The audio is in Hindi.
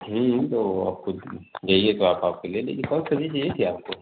तो खुद गईए तो आप आपके ले लीजिए कौनसी सब्ज़ी चाहिए थी आपको